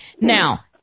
now